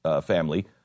family